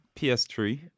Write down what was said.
ps3